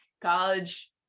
college